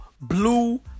blue